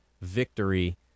victory